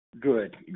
Good